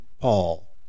Paul